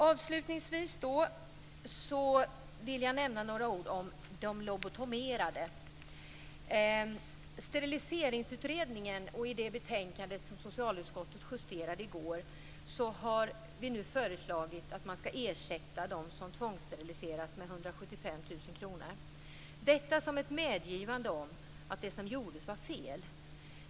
Avslutningsvis vill jag säga några ord om de lobotomerade. I fråga om Steriliseringsutredningen har vi i socialutskottet i det betänkande som vi justerade i går föreslagit att man skall ersätta dem som tvångssteriliserats med 175 000 kr. Detta innebär ett medgivande av att det som gjordes var fel.